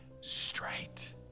straight